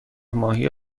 ماهی